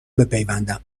بپیوندم